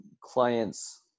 clients